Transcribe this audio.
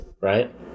Right